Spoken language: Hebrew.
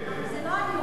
זה לא אני אומרת,